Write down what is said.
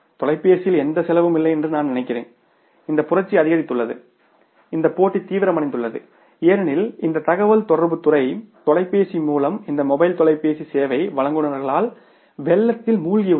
தொலைபேசியில் எந்த செலவும் இல்லை என்று நான் நினைக்கிறேன் இந்த புரட்சி அதிகரித்துள்ளது இந்த போட்டி தீவிரமடைந்துள்ளது ஏனெனில் இந்த தகவல் தொடர்புத் துறை தொலைபேசி மூலம் இந்த மொபைல் தொலைபேசி சேவை வழங்குநர்களால் வெள்ளத்தில் மூழ்கியது